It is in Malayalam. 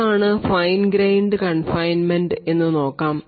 എന്താണ് ഫൈൻ ഗ്രെയിൻഡ് കൺഫൈൻമെൻറ് ഒന്നു നോക്കാം